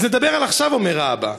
אז נדבר על עכשיו, אומר האבא.